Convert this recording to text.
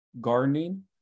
gardening